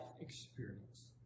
experience